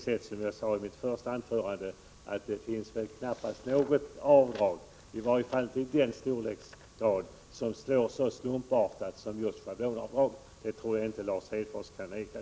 Som jag sade i mitt första anförande finns det väl knappast något annat avdrag, i varje fall inte i den storleksordningen, som slår så slumpartat som just schablonavdraget — det tror jag inte Lars Hedfors kan förneka.